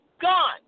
gone